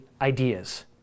ideas